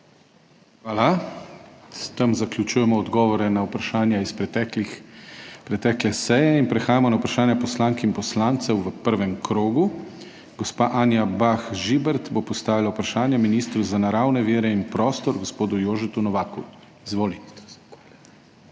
Hvala. S tem zaključujemo odgovore na vprašanja s pretekle seje. Prehajamo na vprašanja poslank in poslancev v prvem krogu. Gospa Anja Bah Žibert bo postavila vprašanje ministru za naravne vire in prostor gospodu Jožetu Novaku. Izvoli.